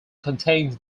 contains